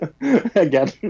again